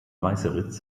weißeritz